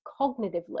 cognitively